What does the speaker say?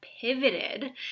pivoted